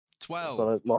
Twelve